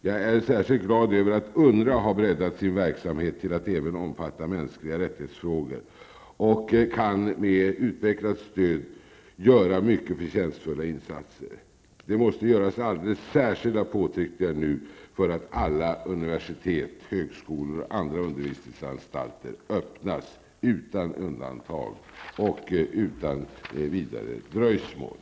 Jag är särskilt glad över att UNWRA har breddat sin verksamhet till att även omfatta frågor om mänskliga rättigheter. Man kan med ett utvecklat stöd göra mycket förtjänstfulla insatser. Det måste göras alldeles särskilda påtryckningar nu för att alla universitet, högskolor och andra undervisningsanstalter öppnas, utan undantag och utan vidare dröjsmål.